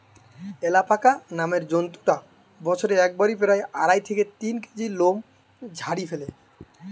alpaca নামের জন্তুটা বছরে একবারে প্রায় আড়াই থেকে তিন কেজি লোম ঝাড়ি ফ্যালে